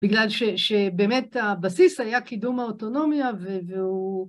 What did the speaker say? בגלל שבאמת הבסיס היה קידום האוטונומיה והוא...